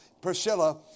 Priscilla